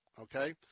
Okay